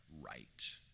right